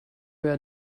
your